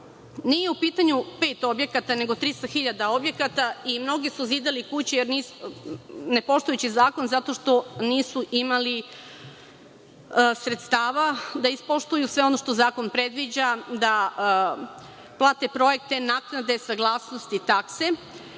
Nije u pitanju pet objekata nego 300.000 objekata i mnogi su zidali kuće ne poštujući zakon, zato što nisu imali sredstava da ispoštuju sve ono što zakon predviđa, da plate projekte, naknade, saglasnosti, takse.